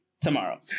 tomorrow